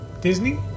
Disney